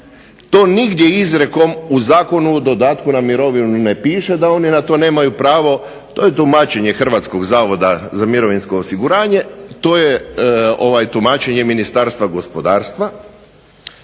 To nigdje izrijekom u Zakonu o dodatku na mirovinu ne piše da oni na to nemaju pravo, to je tumačenje Hrvatskog zavoda za mirovinsko osiguranje, to je tumačenje Ministarstva gospodarstva